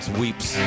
weeps